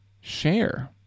share